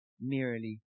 merely